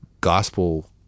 gospel